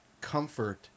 comfort